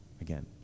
Again